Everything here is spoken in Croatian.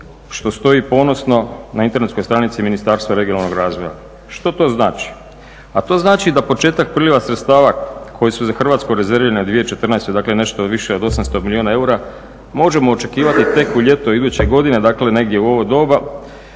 što stoji ponosno na internetskoj stranici Ministarstva regionalnog razvoja. Što to znači, a to znači da početak priliva sredstava koji su za Hrvatsku rezervirani u 2014., dakle nešto više od 800 milijuna eura možemo očekivati tek u ljeto iduće godine, dakle negdje u ovo doba,